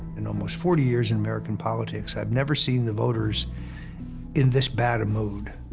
in almost forty years in american politics, i'd never seen the voters in this bad a mood.